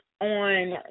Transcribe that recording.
on